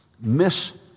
Miss